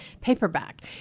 paperback